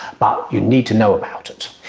but you need to know about it.